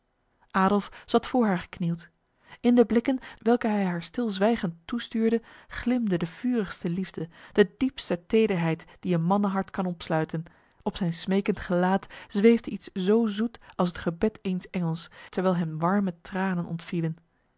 adolf zat voor haar geknield in de blikken welke hij haar stilzwijgend toestuurde glimde de vurigste liefde de diepste tederheid die een mannenhart kan opsluiten op zijn smekend gelaat zweefde iets zo zoet als het gebed eens engels terwijl hem warme tranen ontvielen